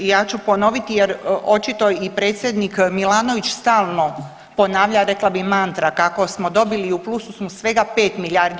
Ja ću ponoviti jer očito i predsjednik Milanović stalno ponavlja, rekla bih, mantra kako smo dobili i u plusu smo svega 5 milijardi.